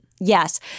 Yes